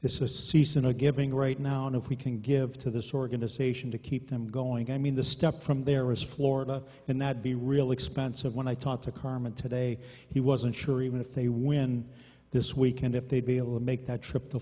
is a cease and a giving right now and if we can give to this organization to keep them going i mean the step from there was florida and that be real expensive when i talked to carmen today he wasn't sure even if they win this weekend if they'd be able to make that trip to